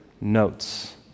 notes